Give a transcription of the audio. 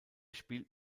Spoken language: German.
spielt